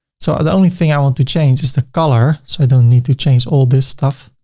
so the only thing i want to change is the color. so i don't need to change all this stuff